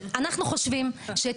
חושבים שאת